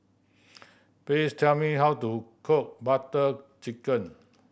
please tell me how to cook Butter Chicken